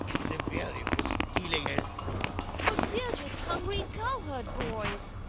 severely for stealing his fruit. but we're just hungry cowherd boys.